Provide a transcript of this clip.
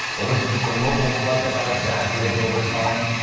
or was it just a local flood that got exaggerated over time?